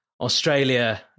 Australia